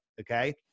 Okay